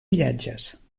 viatges